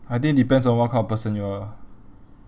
I think depends on what kind of person you are